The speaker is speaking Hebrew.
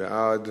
מי בעד?